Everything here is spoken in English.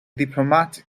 diplomat